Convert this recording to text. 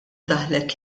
daħlet